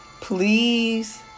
please